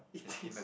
eating